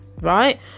right